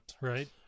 right